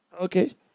okay